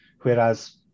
Whereas